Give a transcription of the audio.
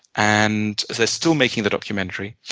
and they're still making the documentary.